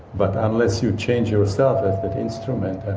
but unless you change yourself as an instrument, and